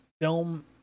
film